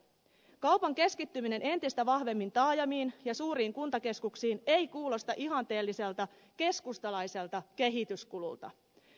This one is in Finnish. kaupan keskittyminen entistä vahvemmin taajamiin ja suuriin kuntakeskuksiin ei kuulosta ihanteelliselta keskustalaiselta kehityskululta